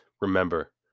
Remember